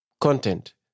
content